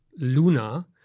Luna